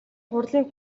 хурлын